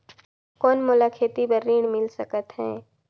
कौन मोला खेती बर ऋण मिल सकत है?